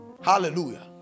Hallelujah